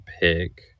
pick